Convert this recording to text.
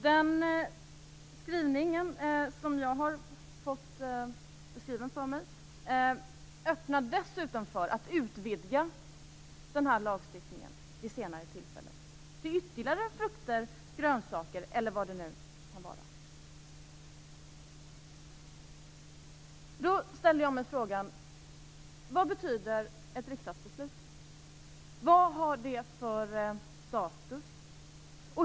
Denna skrivning öppnar, som jag har fått den beskriven för mig, dessutom för att vid senare tillfälle utvidga lagstiftningen till att gälla ytterligare frukter, grönsaker eller vad det nu kan vara. Då frågar jag: Vad betyder ett riksdagsbeslut? Vad har det för status?